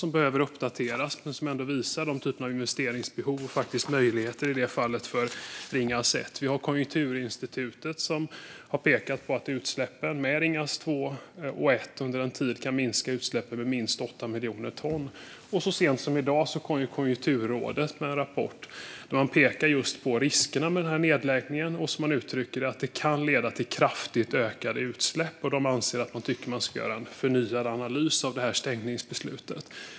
Den behöver uppdateras men visar ändå den typ av investeringsbehov och möjligheter som finns för Ringhals 1. Konjunkturinstitutet har pekat på att utsläppen med Ringhals 1 och 2 under en tid kan minska utsläppen med minst 8 miljoner ton. Så sent som i dag kom Konjunkturrådet med en rapport där de pekar på riskerna med nedläggningen. De uttrycker det som att det kan leda till kraftigt ökade utsläpp. De anser att man ska göra en förnyad analys av stängningsbeslutet.